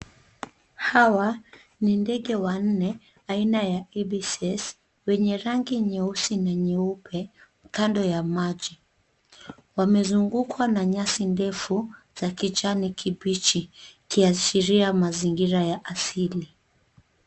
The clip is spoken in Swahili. Hawa ni ndege wanne aina ya Abis wenye rangi nyeusi na nyeupe kando ya maji. Wamezungukwa na nyasi ndefu za kijani kibichi, ikiashiria mazingira ya asili.